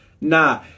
Nah